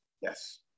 Yes